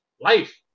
Life